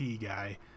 guy